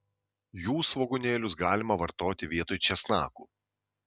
jų svogūnėlius galima vartoti vietoj česnakų